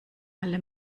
alle